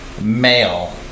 male